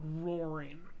roaring